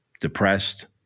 depressed